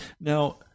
Now